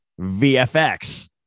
VFX